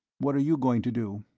what are you going to do?